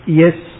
yes